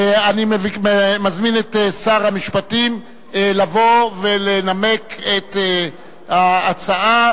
אני מזמין את שר המשפטים לבוא ולנמק את ההצעה,